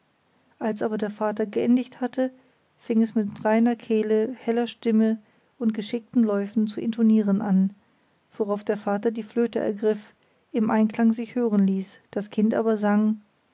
als aber der vater geendigt hatte fing es mit reiner kehle heller stimme und geschickten läufen zu intonieren an worauf der vater die flöte ergriff im einklang sich hören ließ das kind aber sang